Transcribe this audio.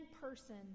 person